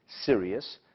serious